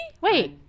Wait